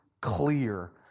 clear